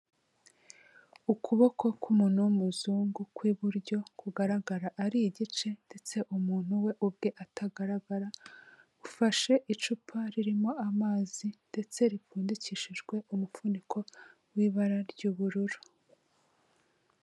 Ukuboko k'umuntu w'umuzungu kw'iburyo kugaragara ari igice ndetse umuntu we ubwe atagaragara, ufashe icupa ririmo amazi ndetse ripfundikishijwe umufuniko w'ibara ry'ubururu.